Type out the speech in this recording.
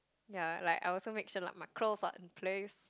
ya like I also make sure like my curls are on place